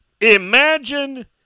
Imagine